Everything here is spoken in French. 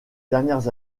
dernières